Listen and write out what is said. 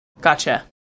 Gotcha